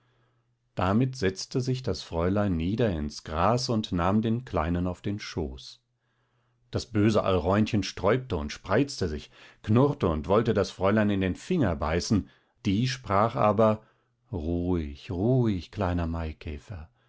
damit setzte sich das fräulein nieder ins gras und nahm den kleinen auf den schoß das böse alräunchen sträubte und spreizte sich knurrte und wollte das fräulein in den finger beißen die sprach aber ruhig ruhig kleiner maikäfer